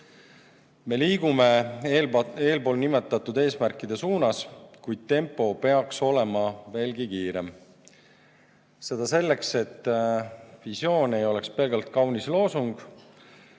Me liigume eespool nimetatud eesmärkide suunas, kuid tempo peaks olema veelgi kiirem. Seda selleks, et visioon ei oleks pelgalt kaunis loosung. Ja